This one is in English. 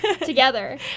together